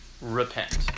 repent